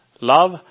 Love